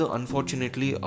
Unfortunately